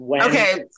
Okay